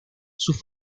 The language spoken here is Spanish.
sus